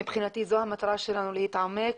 מבחינתי זו המטרה שלנו להתעמק,